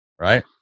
Right